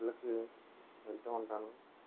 trip లకి వెళ్తూవుంటాను